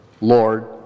Lord